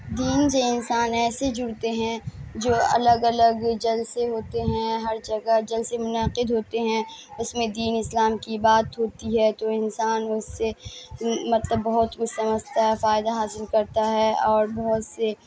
دین سے انسان ایسے جڑتے ہیں جو الگ الگ جلسے ہوتے ہیں ہر جگہ جلسے منعقد ہوتے ہیں اس میں دین اسلام کی بات ہوتی ہے تو انسان اس سے مطلب بہت کچھ سمجھتا ہے فائدہ حاصل کرتا ہے اور بہت سے